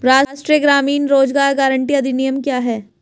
राष्ट्रीय ग्रामीण रोज़गार गारंटी अधिनियम क्या है?